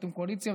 ואתם קואליציה,